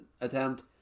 attempt